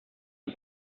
die